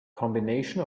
combination